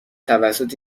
توسط